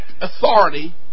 authority